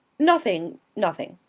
nothing, nothing.